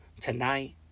tonight